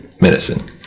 medicine